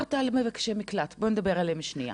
דיברת על מבקשי מקלט, בוא נדבר עליהם שנייה.